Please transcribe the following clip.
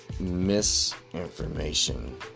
Misinformation